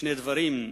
לשני דברים.